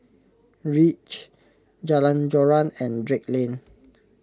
Reach Jalan Joran and Drake Lane